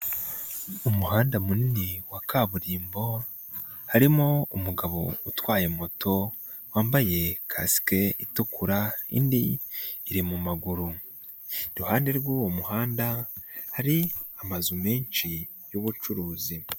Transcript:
Umuhanda munini wa kaburimbo, harimo umugabo utwaye moto wambaye kasike itukura, indi iri mu maguru. Iruhande rw'uwo muhanda hari amazu menshi y'ubucuruzi.